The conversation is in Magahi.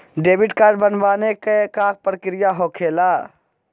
डेबिट कार्ड बनवाने के का प्रक्रिया होखेला?